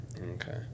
Okay